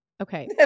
okay